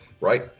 right